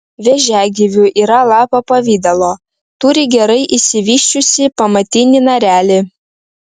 vėžiagyvių yra lapo pavidalo turi gerai išsivysčiusį pamatinį narelį